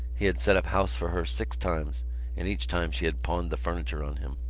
he had set up house for her six times and each time she had pawned the furniture on him.